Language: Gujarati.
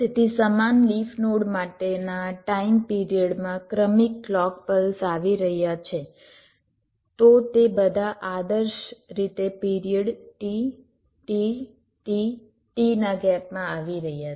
તેથી સમાન લિફ નોડ માટેના ટાઇમ પિરિયડમાં ક્રમિક ક્લૉક પલ્સ આવી રહ્યા છે તો તે બધા આદર્શ રીતે period T T T T ના ગેપમાં આવી રહ્યા છે